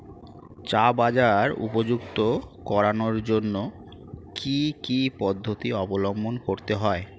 চা বাজার উপযুক্ত করানোর জন্য কি কি পদ্ধতি অবলম্বন করতে হয়?